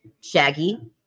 shaggy